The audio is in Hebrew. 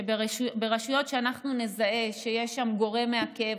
ברשויות שאנחנו נזהה שיש בהן גורם מעכב,